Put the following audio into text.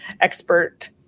expert